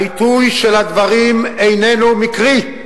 העיתוי של הדברים איננו מקרי.